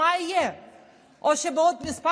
מה יהיה?